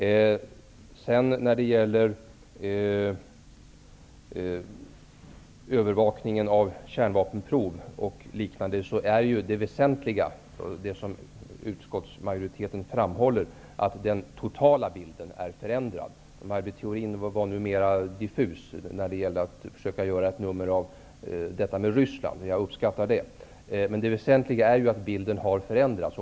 Det väsentliga när det gäller övervakningen av kärnvapenprov är det som utskottsmajoriteten framhåller, nämligen att den totala bilden är förändrad. Maj Britt Theorin var mer diffus när det gällde att försöka göra ett nummer av detta med Ryssland. Jag uppskattar det. Det väsentliga är att bilden har förändrats.